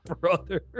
brother